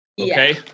okay